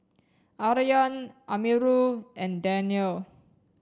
Aryan Amirul and Daniel